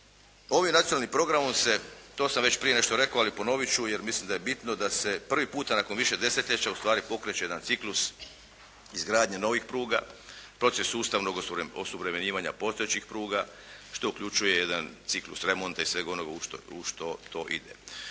Ovim nacionalnim programom se, to sam već prije nešto rekao, ali ponovit ću jer mislim da je bitno da se prvi puta nakon više desetljeća ustvari pokreće jedan ciklus izgradnje novih pruga, proces sustavnog osuvremenjivanja postojećih pruga što uključuje jedan ciklus remonta i svega onoga u što to ide.